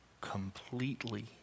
Completely